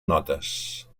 notes